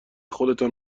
خودتان